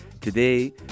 today